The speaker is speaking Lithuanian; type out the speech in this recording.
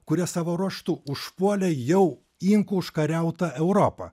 kurie savo ruožtu užpuolė jau inkų užkariautą europą